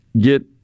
get